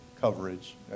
coverage